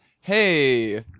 Hey